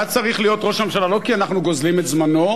היה צריך להיות ראש הממשלה לא כי אנחנו גוזלים את זמנו,